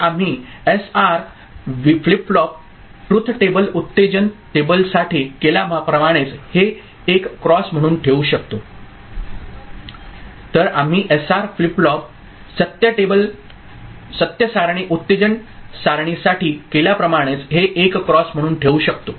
तर आम्ही SR flip flop truth table उत्तेजन टेबलसाठी केल्या प्रमाणेच हे 1 क्रॉस म्हणून ठेवू शकतो